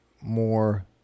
more